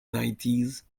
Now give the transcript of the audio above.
nineties